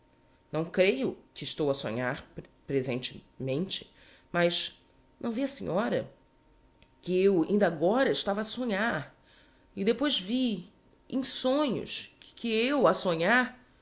não creio que estou a sonhar pre sente mente mas não vê a senhora que eu indagora estava a sonhar e depois vi em sonhos que eu a sonhar